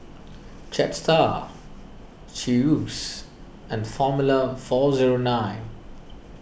Jetstar Chew's and formula four zero nine